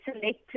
select